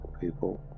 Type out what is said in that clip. people